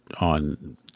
on